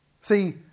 see